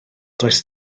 does